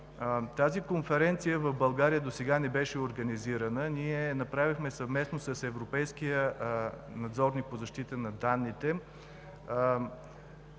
Тази конференция в България досега не беше организирана. Ние я направихме съвместно с европейския надзорник по защита на данните.